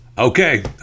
Okay